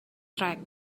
track